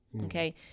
Okay